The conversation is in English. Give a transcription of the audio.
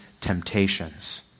temptations